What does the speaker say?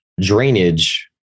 drainage